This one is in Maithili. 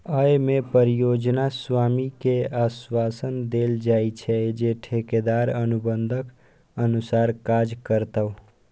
अय मे परियोजना स्वामी कें आश्वासन देल जाइ छै, जे ठेकेदार अनुबंधक अनुसार काज करतै